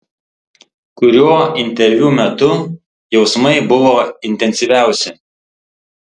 kuriuo interviu metu jausmai buvo intensyviausi